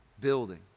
building